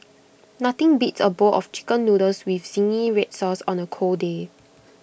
nothing beats A bowl of Chicken Noodles with Zingy Red Sauce on A cold day